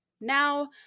Now